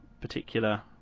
particular